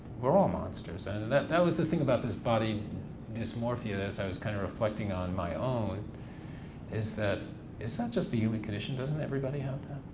we're all monsters and and that, that was the thing about this body dysmorphia is i was kind of reflecting on my own is that it's not just the human condition, doesn't everybody have